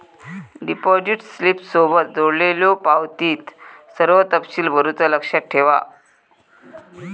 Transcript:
deposit स्लिपसोबत जोडलेल्यो पावतीत सर्व तपशील भरुचा लक्षात ठेवा